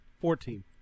Fourteen